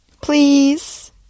Please